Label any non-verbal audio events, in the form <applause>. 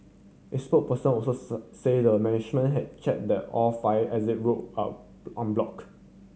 its spokesperson also <unintelligible> said the management had check the all fire exit route are unblock